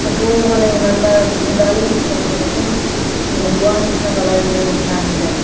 সেইটো মানে ইমান এটা ডাল নিচিনা মানে একদম মদোৱা নিচিনা কালাৰকেইটা নিচিনা আহিলে